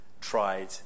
tried